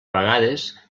vegades